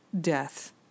death